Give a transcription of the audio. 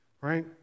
right